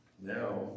now